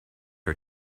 her